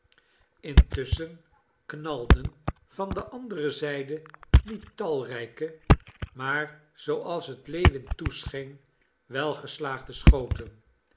intusschen knalden van de andere zijde niet talrijke maar zooals het lewin toescheen welgeslaagde schoten